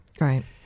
Right